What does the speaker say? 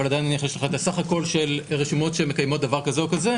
אבל עדיין נניח את הסך הכל של רשימות שמקיימות דבר כזה או כזה.